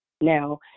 Now